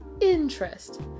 interest